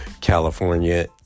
California